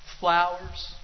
flowers